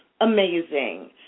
amazing